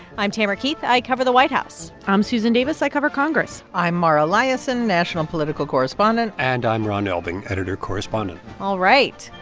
i'm tamara keith. i cover the white house i'm susan davis. i cover congress i'm mara liasson, national political correspondent and i'm ron elving, editor correspondent all right.